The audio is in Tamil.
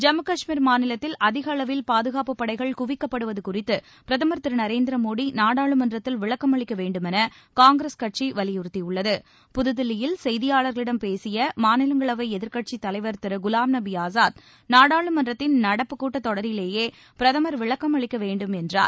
ஜம்மு கஷ்மீர் மாநிலத்தில் அதிகளவில் பாதுகாப்புப் படைகள் குவிக்கப்படுவது குறித்து பிரதமர் திரு நரேந்திர மோடி நாடாளுமன்றத்தில் விளக்கம் அளிக்க வேண்டுமென காங்கிரஸ் கட்சி வலியுறத்தியுள்ளது புதுதில்லியில் செய்தியாளர்களிடம் பேசிய மாநிலங்களவை எதிர்க்கட்சித் தலைவர் திரு குலாம்நபி ஆசாத் நாடாளுமன்றத்தின் நடப்புக் கூட்டத்தொடரிலேயே பிரதமர் விளக்கம் அளிக்க வேண்டும் என்றார்